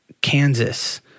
Kansas